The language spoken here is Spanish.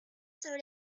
sobre